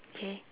okay